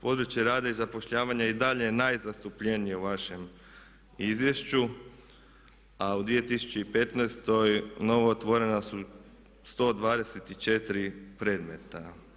Područje rada i zapošljavanja i dalje je najzastupljenije u vašem izvješću a u 2015. novo otvorena su 124 predmeta.